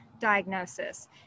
diagnosis